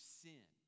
sin